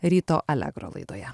ryto allegro laidoje